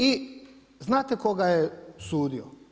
I znate tko ga je sudio?